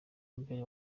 mbere